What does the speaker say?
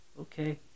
Okay